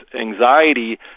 anxiety